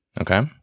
Okay